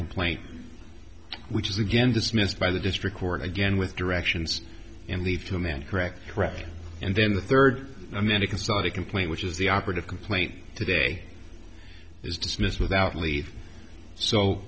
complaint which is again dismissed by the district court again with directions and leave to amend correct correct and then the third american saudi complaint which is the operative complaint today is dismissed without leave so